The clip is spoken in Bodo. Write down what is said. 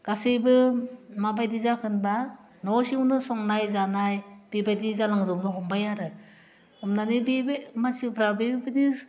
गासैबो माबायदि जागोनबा न' सिङावनो संनाय जानाय बेबायदि जालां जोबनो हमबाय आरो हमनानै बेबो मानसिफ्रा बेबायदि